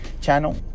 channel